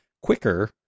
quicker